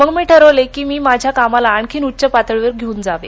मग मी ठरवले की मी माझ्या कामाला आणखी उच्च पातळीवर घेऊन जावे